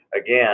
again